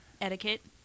etiquette